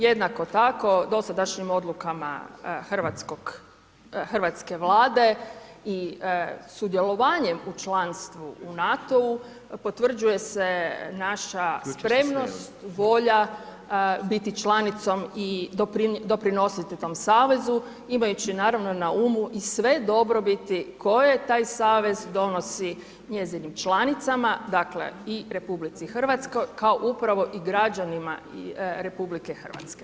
Jednako tako, dosadašnjim odlukama hrvatske Vlade i sudjelovanjem u članstvu u NATO-u, potvrđuje se naša spremnost, volja biti članicom i doprinositi tom savezu imajući naravno na umu sve dobrobiti koje taj savez donosi njezinim članicama, dakle i RH kao upravo i građanima RH.